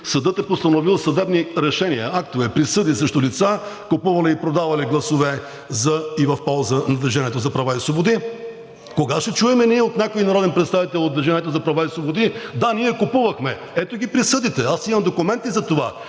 съдът е постановил съдебни решения, актове, присъди срещу лица, купували и продавали гласове за и в полза на „Движение за права и свободи“. Кога ще чуем ние от някой народен представител от „Движение за права и свободи“ – да, ние купувахме. Ето ги присъдите, имам документи за това.